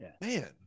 man